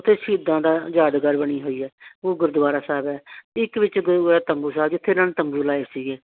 ਅਤੇ ਸ਼ਹੀਦਾਂ ਦਾ ਯਾਦਗਾਰ ਬਣੀ ਹੋਈ ਹੈ ਉਹ ਗੁਰਦੁਆਰਾ ਸਾਹਿਬ ਹੈ ਇੱਕ ਵਿੱਚ ਗੁਰੂ ਹੈ ਤੰਬੂ ਸਾਹਿਬ ਜਿੱਥੇ ਇਹਨਾਂ ਨੇ ਤੰਬੂ ਲਾਏ ਸੀਗੇ